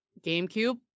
GameCube